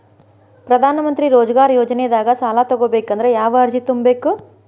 ಪ್ರಧಾನಮಂತ್ರಿ ರೋಜಗಾರ್ ಯೋಜನೆದಾಗ ಸಾಲ ತೊಗೋಬೇಕಂದ್ರ ಯಾವ ಅರ್ಜಿ ತುಂಬೇಕು?